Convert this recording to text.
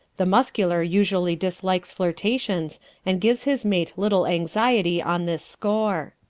the muscular usually dislikes flirtations and gives his mate little anxiety on this score.